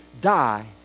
die